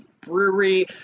brewery